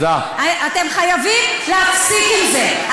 אתם חייבים להפסיק עם זה.